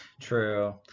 true